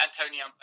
Antonio